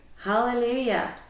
Hallelujah